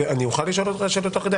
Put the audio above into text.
אני יכול לשאול אותך שאלות תוך כדי?